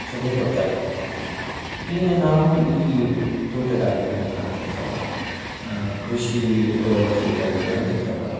ಸಲಹೆ ಕೊಡ್ತಾರೆ ಇನ್ನ ನಾವು ಈ ತೋಟಗಾರಿಕೆ ಇಲಾಖೆ ಅಂತ ಇರ್ತಾವ ಕೃಷಿ ಶ್ವೇತಾಲಯಗಳು ಅಂತ ಇರ್ತಾವ